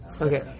Okay